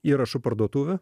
įrašų parduotuvę